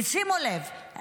שימו לב,